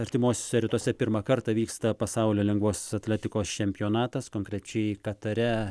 artimuosiuose rytuose pirmą kartą vyksta pasaulio lengvosios atletikos čempionatas konkrečiai katare